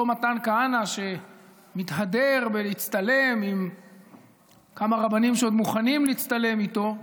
אותו מתן כהנא שמתהדר בלהצטלם עם כמה רבנים שעוד מוכנים להצטלם איתו,